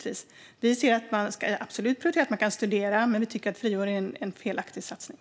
Vi ser att man absolut kan prioritera att studera, men vi tycker att friår är en felaktig satsning.